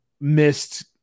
missed